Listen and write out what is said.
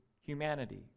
humanity